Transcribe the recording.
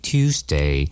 Tuesday